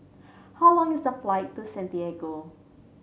how long is the flight to Santiago